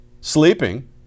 sleeping